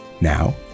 now